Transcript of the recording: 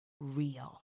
real